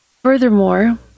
Furthermore